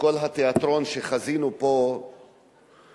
מכל התיאטרון שחזינו בו פה